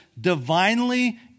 divinely